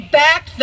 back